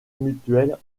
mutuelle